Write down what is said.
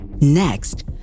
Next